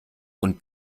und